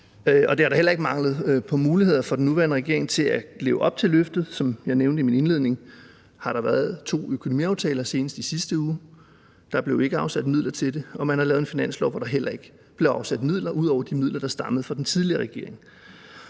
der har da heller ikke manglet muligheder for den tidligere regering til at leve op til løftet. Som jeg nævnte i min indledning, har der været to økonomiaftaler, senest i sidste uge – der blev ikke afsat midler til det. Og man har lavet en finanslov, hvor der heller ikke blev afsat midler ud over de midler, der stammede fra den tidligere regering.